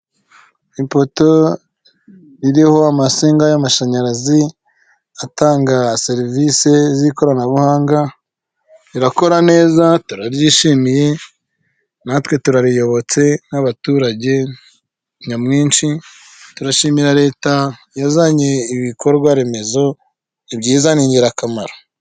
Ipoto iririho amatsinga y'amashanyarazi atanga serivisi z'ikoranabuhanga, irakora neza turayishimiye natwe turariyobotse nk'abaturage nyamwinshi, turashimira leta yazanye ibikorwa remezo ni byiza ni ingirakamaro.